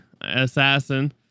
assassin